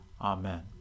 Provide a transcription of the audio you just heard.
Amen